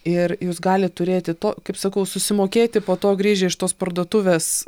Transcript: ir jūs galit turėti to kaip sakau susimokėti po to grįžę iš tos parduotuvės